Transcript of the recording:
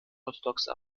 orthodoxe